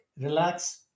relax